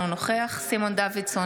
אינו נוכח סימון דוידסון,